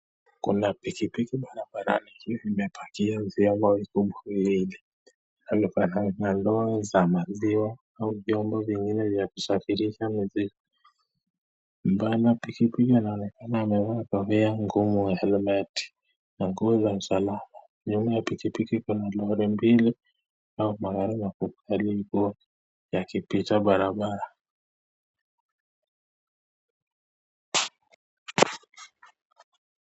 Kuna pikipiki bararani ikiwa imebeba mitungi miwili, ama vyombo vingine vya kusafirisha maziwa, mwenye pikipiki ameonekana akiwa amevaa kofia ngumu ya helmeti , na ngu za sanaa, mbele kukiwa na lori mbili au magari yakipita barabara.